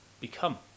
become